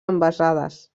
envasades